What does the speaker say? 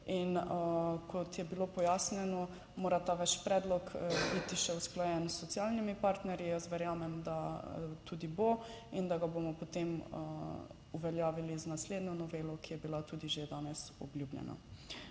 In kot je bilo pojasnjeno mora ta vaš predlog biti še usklajen s socialnimi partnerji. Jaz verjamem, da tudi bo in da ga bomo potem uveljavili z naslednjo novelo, ki je bila tudi že danes obljubljena.